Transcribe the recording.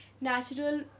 natural